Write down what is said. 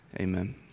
Amen